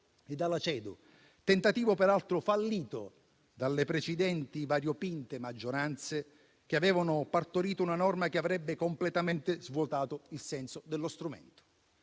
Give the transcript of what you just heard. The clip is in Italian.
e dalla CEDU; tentativo peraltro fallito dalle precedenti variopinte maggioranze, che avevano partorito una norma che avrebbe completamente svuotato il senso dello strumento.